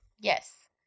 Yes